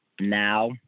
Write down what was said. now